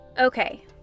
Okay